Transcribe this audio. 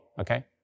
okay